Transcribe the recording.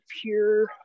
pure